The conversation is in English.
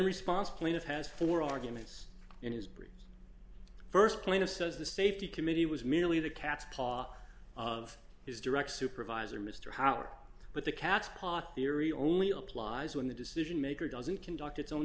response plaintiff has four arguments in his brief st plane of says the safety committee was merely the cat's paw of his direct supervisor mr howard but the cat's paw theory only applies when the decision maker doesn't conduct its own